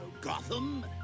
Gotham